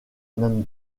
même